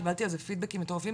קיבלתי על זה פידבקים מטורפים,